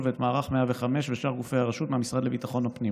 ואת מערך 105 ושאר גופי הרשות מהמשרד לביטחון הפנים,